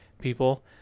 people